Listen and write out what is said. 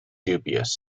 dubious